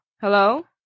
Hello